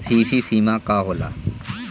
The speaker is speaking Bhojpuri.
सी.सी सीमा का होला?